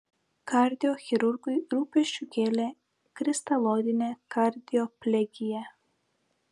kardiochirurgui rūpesčių kėlė kristaloidinė kardioplegija